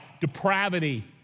Depravity